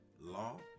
law